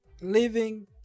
leaving